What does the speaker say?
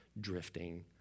drifting